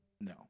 No